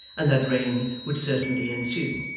and that rain would certainly ensue.